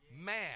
man